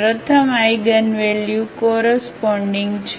પ્રથમ eigenvalue corresponding છે